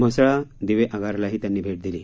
म्हसळा दिवेआगारलाही त्यांनी भेट दिली